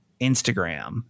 Instagram